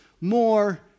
more